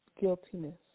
guiltiness